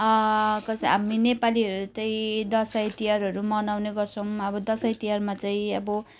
कसै हामी नेपालीहरू त्यही दसैँ तिहारहरू मनाउने गर्छौँ अब दसैँ तिहारमा चाहिँ अब